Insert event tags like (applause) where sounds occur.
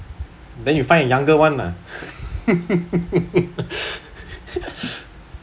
then you find a younger one lah (laughs)